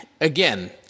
again